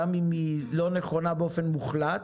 גם אם היא לא נכונה באופן מוחלט,